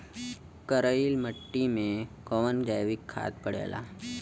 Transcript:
करइल मिट्टी में कवन जैविक खाद पड़ेला?